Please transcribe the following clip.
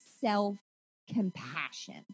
self-compassion